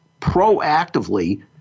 proactively